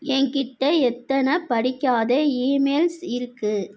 என்கிட்ட எத்தனை படிக்காத இமெயில்ஸ் இருக்குது